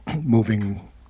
moving